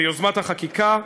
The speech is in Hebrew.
ביוזמת החקיקה,